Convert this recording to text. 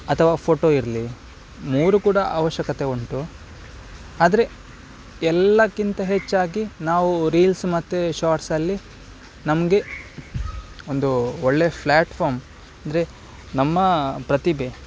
ಅಥವಾ ಫೋಟೋ ಇರಲಿ ಮೂರು ಕೂಡ ಅವಶ್ಯಕತೆ ಉಂಟು ಆದರೆ ಎಲ್ಲಕ್ಕಿಂತ ಹೆಚ್ಚಾಗಿ ನಾವು ರೀಲ್ಸ್ ಮತ್ತೆ ಶಾರ್ಟ್ಸಲ್ಲಿ ನಮಗೆ ಒಂದು ಒಳ್ಳೆ ಫ್ಲ್ಯಾಟ್ಫಾರ್ಮ್ ಅಂದರೆ ನಮ್ಮ ಪ್ರತಿಭೆ